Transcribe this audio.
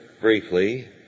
briefly